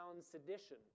sedition